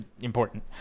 important